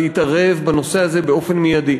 להתערב בנושא הזה באופן מיידי.